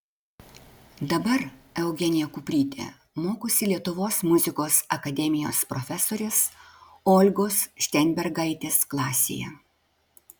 dabar eugenija kuprytė mokosi lietuvos muzikos akademijos profesorės olgos šteinbergaitės klasėje